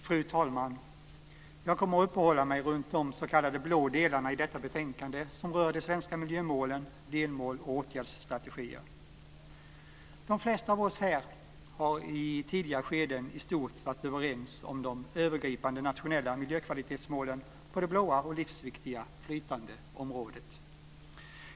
Fru talman! Jag kommer att uppehålla mig runt de s.k. blå delarna i detta betänkande, som rör de svenska miljömålen - delmål och åtgärdsstrategier. De flesta av oss här har i tidigare skeden i stort varit överens om de övergripande nationella miljökvalitetsmålen på det blåa och livsviktiga flytande området.